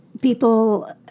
people